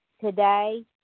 Today